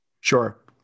Sure